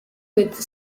with